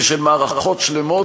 ושל מערכות שלמות,